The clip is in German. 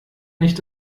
nicht